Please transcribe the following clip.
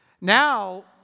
Now